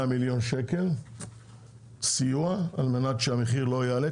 מיליון שקלים סיוע על מנת שהמחיר לא יעלה,